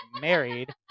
married